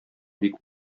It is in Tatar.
бик